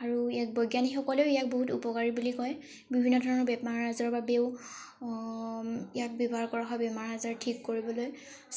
আৰু ইয়াক বৈজ্ঞানিক সকলেও ইয়াক বহুত উপকাৰী বুলি কয় বিভিন্ন ধৰণৰ বেমাৰ আজাৰৰ বাবেও ইয়াক ব্যৱহাৰ কৰা হয় বেমাৰ আজাৰ ঠিক কৰিবলৈ